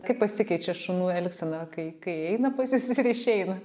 kaip pasikeičia šunų elgsena kai kai eina pas jus ir išeina